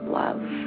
love